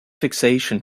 fixation